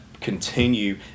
continue